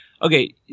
Okay